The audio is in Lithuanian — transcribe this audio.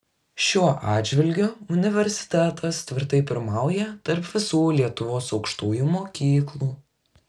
šiuo atžvilgiu universitetas tvirtai pirmauja tarp visų lietuvos aukštųjų mokyklų